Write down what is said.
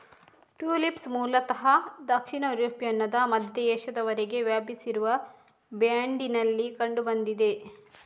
tulips ಮೂಲತಃ ದಕ್ಷಿಣ ಯುರೋಪ್ನಿಂದ ಮಧ್ಯ ಏಷ್ಯಾದವರೆಗೆ ವ್ಯಾಪಿಸಿರುವ ಬ್ಯಾಂಡಿನಲ್ಲಿ ಕಂಡು ಬಂದಿದೆ